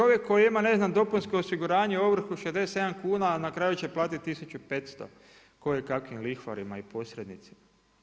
Čovjek koji ima ne znam dopunsko osiguranje ovrhu 67 kuna, a na kraju će platiti 1500 kojekakvim lihvarima i posrednicima.